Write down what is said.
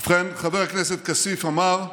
ובכן, חבר הכנסת כסיף אמר: